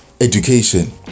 education